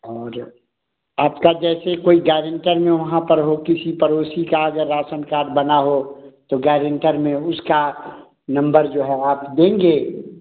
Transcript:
और आपका जैसे कोई गारंटर में वहाँ पर हो किसी पड़ोसी का अगर राशन कार्ड बना हो तो गारंटर में उसका नम्बर जो है आप देंगे